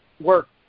work